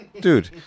dude